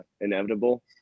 inevitable